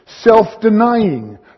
self-denying